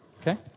okay